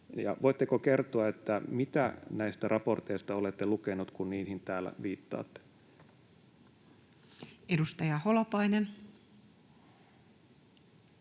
voitteko kertoa, mitä näistä raporteista olette lukenut, kun niihin täällä viittaatte? [Speech